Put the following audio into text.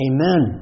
Amen